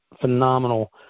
phenomenal